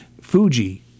fuji